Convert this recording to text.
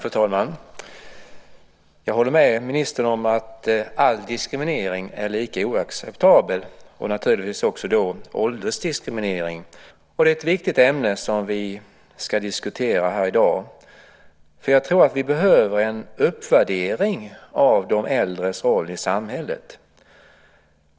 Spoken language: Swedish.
Fru talman! Jag håller med ministern om att all diskriminering är lika oacceptabel, och det gäller naturligtvis också åldersdiskriminering. Det är ett viktigt ämne som vi ska diskutera här i dag. Jag tror att det behövs en uppvärdering av de äldres roll i samhället.